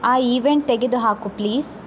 ಆ ಈವೆಂಟ್ ತೆಗೆದು ಹಾಕು ಪ್ಲೀಸ್